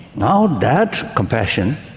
now that compassion,